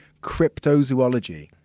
cryptozoology